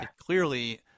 clearly